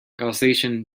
gaussian